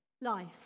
life